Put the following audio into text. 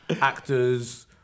actors